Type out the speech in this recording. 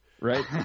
right